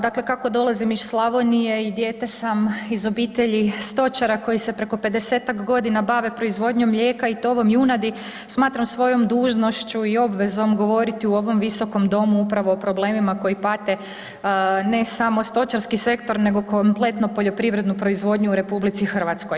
Dakle, kako dolazim iz Slavonije i dijete sam iz obitelji stočara koji se preko pedesetak godina bave proizvodnjom mlijeka i tovom junadi, smatram svojom dužnošću i obvezom govoriti u ovom visokom domu upravo o problemima koji pate, ne samo stočarski sektor nego kompletno poljoprivrednu proizvodnju u Republici Hrvatskoj.